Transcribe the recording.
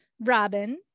Robin